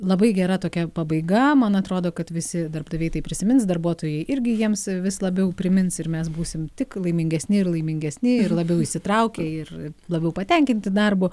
labai gera tokia pabaiga man atrodo kad visi darbdaviai tai prisimins darbuotojai irgi jiems vis labiau primins ir mes būsim tik laimingesni ir laimingesni labiau įsitraukę ir labiau patenkinti darbu